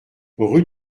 rue